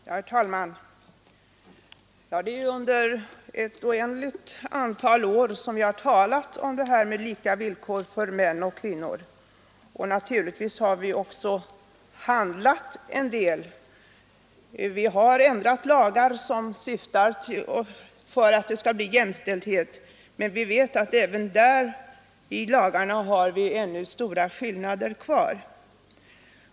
Herr talman! Vi har under ett oändligt antal år talat om lika villkor för män och kvinnor, och vi har naturligtvis också handlat i viss utsträckning. Vi har ändrat lagar för att åstadkomma jämställdhet, men vi vet att det även i lagarna ännu finns stora skillnader kvar.